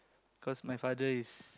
cos my father is